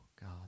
God